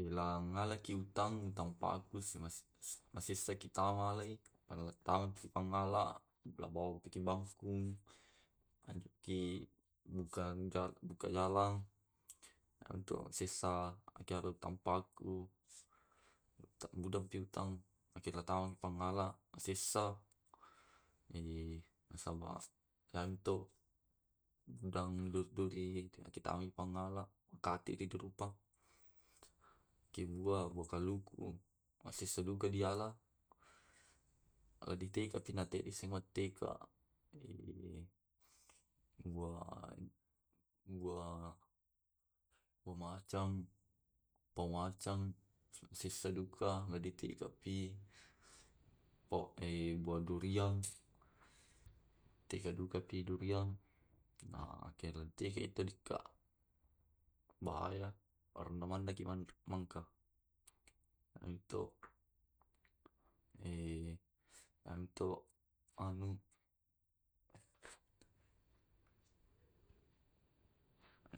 Ikilangalaki hutang hutang tapaku masessaki matama malai, matamaki mangala bawapiki bangkung. Naiki buka buka jalan atau sessa riantampaku budak piutang keapangala masessa eh nasaba ngantuk udang tu di tangkap di pangala kateke dirupang. Killua wa kaluku masessai duka diala ditekai na tena dissengi matteka. Gua gua eh po macang pao macang sessa duka madittikapi, pong eh buah duriang tegadukaki te duriang. Nah are teke na dika eh bahaya arena mandeki na mang mangka anto eh anto manu.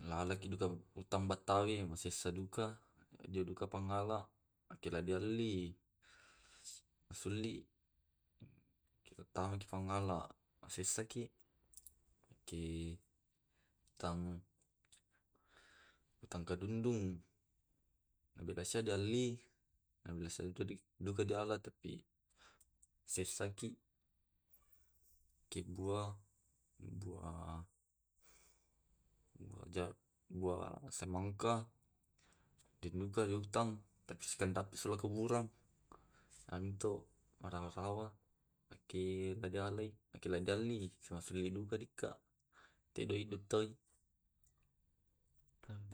Lalaki duka tambah tale masessa duka ediduka pangala. Eki elo dialli, masuli. Kitamaki pangala sessaki. Eki utang utanggadundung beda sai dialli bisa den duka diala tapi sessaki ke buah, buah buah buah semangka denduka diutang tapi sekendappi silong kuburan tantu rawa-rawa eke na diale eki na diallii masi diala dukai dukka. Te diodu toi